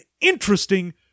interesting